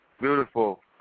beautiful